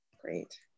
great